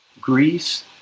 Greece